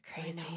crazy